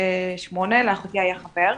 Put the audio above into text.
לאחותי היה חבר,